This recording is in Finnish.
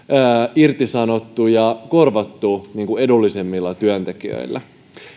irtisanottu ja korvattu edullisemmilla työntekijöillä